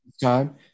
time